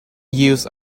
use